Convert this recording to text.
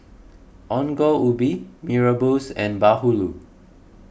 Ongol Ubi Mee Rebus and Bahulu